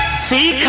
see